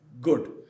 good